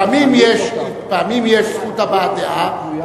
פעמים יש זכות הבעת דעה,